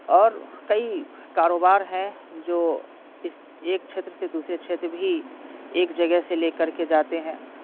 اور کئی کاروبار ہیں جو اس ایک چھیتر سے دوسرے چھیتر بھی ایک جگہ سے لے کر کے جاتے ہیں